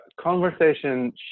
conversation